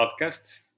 podcast